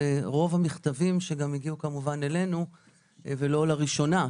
שרוב המכתבים שגם הגיעו כמובן אלינו ולא לראשונה,